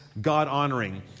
God-honoring